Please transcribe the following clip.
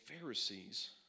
Pharisees